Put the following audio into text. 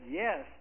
yes